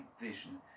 vision